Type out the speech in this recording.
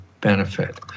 benefit